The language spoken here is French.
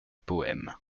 poème